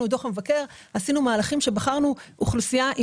את דוח המבקר מהלכים ובחרנו אוכלוסייה,